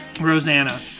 rosanna